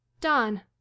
Don